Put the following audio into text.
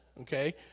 Okay